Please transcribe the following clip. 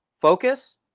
focus